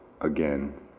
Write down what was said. again